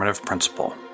principle